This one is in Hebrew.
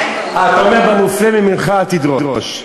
אתה אומר: במופלא ממך אל תדרוש.